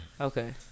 Okay